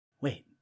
Wait